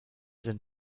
sind